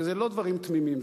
וזה לא דברים תמימים,